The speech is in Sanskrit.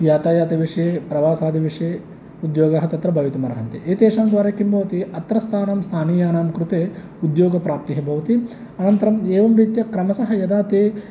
यातायातविषये प्रवासादिविषये उद्योगाः तत्र भवितुम् अर्हन्ति एतेषां द्वारा किं भवति अत्र स्थानं स्थानीयानां कृते उद्योगप्राप्तिः भवति अनन्तरम् एवं रीत्या क्रमशः यदा ते